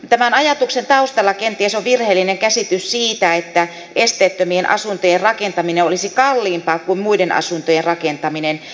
tämän ajatuksen taustalla kenties on virheellinen käsitys siitä että esteettömien asuntojen rakentaminen olisi kalliimpaa kuin muiden asuntojen rakentaminen